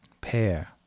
pair